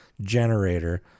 generator